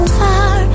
far